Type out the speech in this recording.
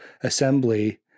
assembly